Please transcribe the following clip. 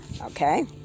Okay